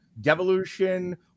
devolution